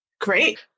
Great